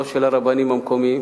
לא של הרבנים המקומיים,